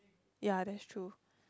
yeah that's true